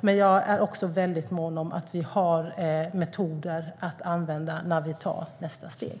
Men jag är också mycket mån om att vi har metoder att använda när vi tar nästa steg.